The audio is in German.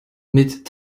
mit